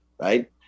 right